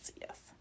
yes